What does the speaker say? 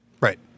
Right